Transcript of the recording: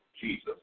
Jesus